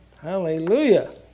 Hallelujah